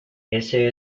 ese